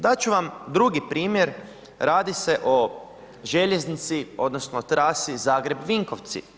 Dat ću vam drugi primjer, radi se o željeznici odnosno trasi Zagreb-Vinkovci.